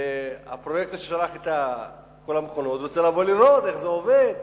וזה ששלח את כל המכונות רוצה לבוא לראות איך זה עובד.